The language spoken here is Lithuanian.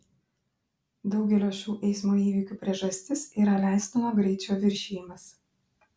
daugelio šių eismo įvykių priežastis yra leistino greičio viršijimas